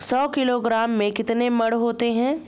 सौ किलोग्राम में कितने मण होते हैं?